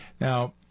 Now